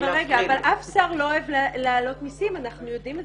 אין שר שאוהב להעלות מיסים ואת זה אנחנו יודעים.